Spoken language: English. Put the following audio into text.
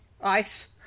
Ice